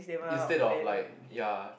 instead of like ya